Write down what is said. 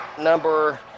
number